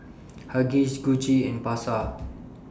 Huggies Gucci and Pasar